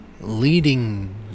leading